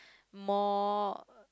more